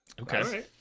Okay